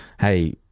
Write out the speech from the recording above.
hey